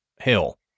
hill